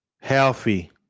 healthy